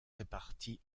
réparties